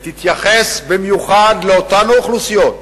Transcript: ותתייחס במיוחד לאותן אוכלוסיות שהודרו,